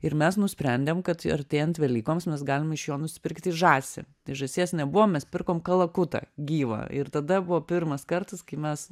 ir mes nusprendėm kad artėjant velykoms mes galim iš jo nusipirkti žąsį tai žąsies nebuvo mes pirkom kalakutą gyvą ir tada buvo pirmas kartas kai mes